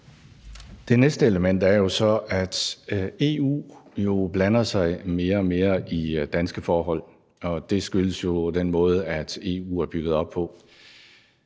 Det næste element er så, at EU blander sig mere og mere i danske forhold, og det skyldes jo den måde, som EU er bygget op på.